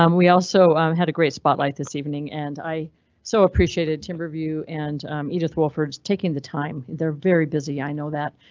um we also had a great spotlight this evening and i so appreciated timberview and edith wolford taking the time. they're very busy. i know that.